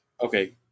Okay